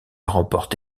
remporte